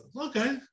okay